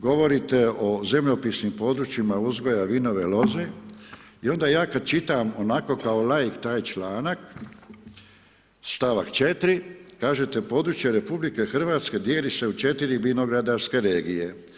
Govorite o zemljopisnim područjima uzgoja vinove loze i onda ja kad čitam onako kao laik taj članak, st. 4., kažete, područje RH dijeli se u 4 vinogradarske regije.